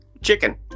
chicken